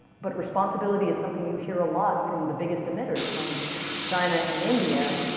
but responsibility is something you hear a lot from the biggest emitters, from china and india.